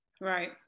Right